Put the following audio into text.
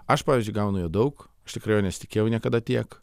aš pavyzdžiui gaunu jo daug iš tikrųjų nesitikėjau niekada tiek